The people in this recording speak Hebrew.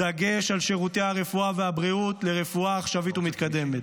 דגש על שירותי הרפואה והבריאות ורפואה עכשווית ומתקדמת.